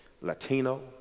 Latino